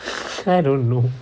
I don't know